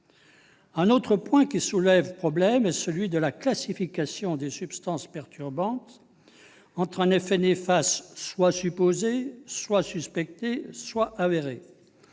Un autre point qui soulève problème est celui de la classification des substances perturbantes entre un effet néfaste supposé, suspecté ou avéré,